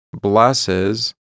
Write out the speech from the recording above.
blesses